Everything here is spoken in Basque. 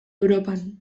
europan